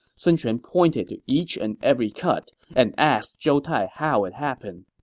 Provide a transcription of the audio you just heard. sun quan pointed to each and every cut and asked zhou tai how it happened.